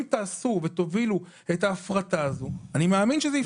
אם תובילו את ההפרטה הזאת אני מאמין שזה יפתור את הבעיה.